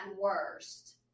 worst